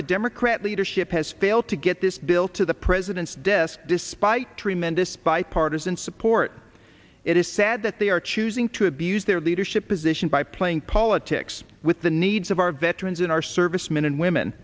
the democrat leadership has failed to get this bill to the president's desk despite tremendous bipartisan support it is sad that they are choosing to abuse their leadership position by playing politics with the needs of our veterans in our servicemen and women